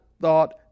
thought